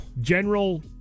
General